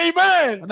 Amen